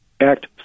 Act